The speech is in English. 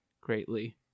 greatly